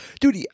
Dude